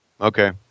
Okay